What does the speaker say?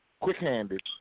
quick-handed